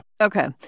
Okay